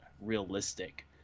realistic